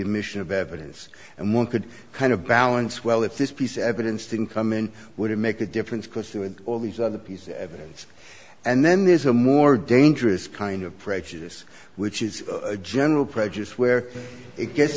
admission of evidence and one could kind of balance well if this piece of evidence didn't come in would it make a difference because through it all these other pieces of evidence and then there's a more dangerous kind of prejudice which is a general prejudice where it gets